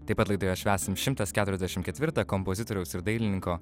taip pat laidoje švęsim šimtas keturiasdešimt ketvirtą kompozitoriaus ir dailininko